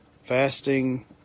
fasting